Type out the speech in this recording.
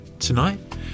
Tonight